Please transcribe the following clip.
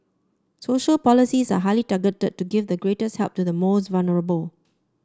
social policies are highly targeted to give the greatest help to the most vulnerable